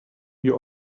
you